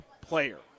player